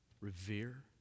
revere